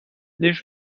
nicht